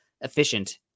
efficient